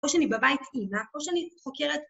או שאני בבית אימא או שאני חוקרת